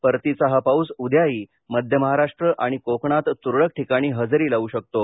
परतीचा हा पाऊस उद्याही मध्य महाराष्ट्र आणि कोकणात तुरळक ठिकाणी हजेरी लावू शकतो